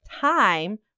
time